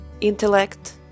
intellect